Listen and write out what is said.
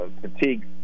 fatigue